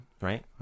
Right